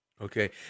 Okay